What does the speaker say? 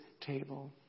table